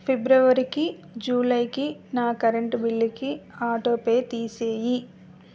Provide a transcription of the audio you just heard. ఫిబ్రవరికి జూలైకి నా కరెంటు బిల్లుకి ఆటోపే తీసేయ్యి